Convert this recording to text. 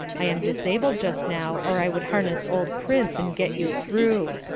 i am disabled just now, or i would harness old prince and get you through.